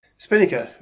spinnaker,